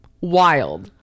wild